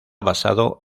basado